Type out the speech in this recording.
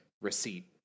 receipt